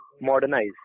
modernize